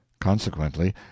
consequently